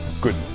good